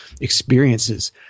experiences